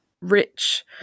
rich